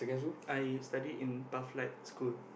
I studied in Pathlight School